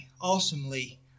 awesomely